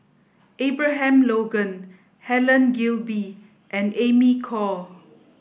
Abraham Logan Helen Gilbey and Amy Khor